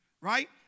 Right